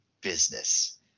business